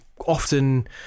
often